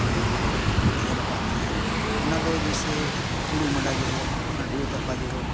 ᱵᱟᱠᱷᱟᱱ ᱠᱚ ᱟᱸᱡᱚᱢ ᱟᱠᱟᱫ ᱞᱤᱧᱟᱹ ᱚᱱᱟ ᱫᱚ ᱡᱮᱭᱥᱮ ᱦᱩᱲᱩ ᱢᱟᱰᱟ ᱡᱚᱠᱷᱚᱱ ᱵᱟᱠᱷᱟᱱ ᱦᱩᱲᱩ ᱛᱟᱯᱟ ᱡᱚᱠᱷᱚᱱ